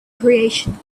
creation